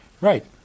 Right